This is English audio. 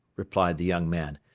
replied the young man,